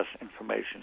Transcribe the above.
information